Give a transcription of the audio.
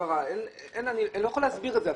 אני אפילו לא יכול להסביר את זה.